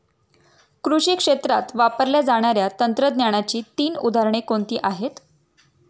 कृषी क्षेत्रात वापरल्या जाणाऱ्या तंत्रज्ञानाची तीन उदाहरणे कोणती आहेत?